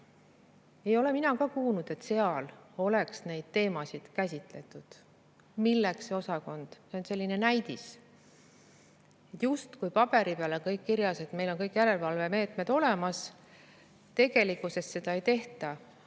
Ei ole mina kuulnud, et seal oleks neid teemasid käsitletud. Milleks siis see osakond? See on selline näidis[osakond], justkui paberi peal on kõik korras, meil on järelevalvemeetmed olemas. Tegelikkuses seda ei tehta.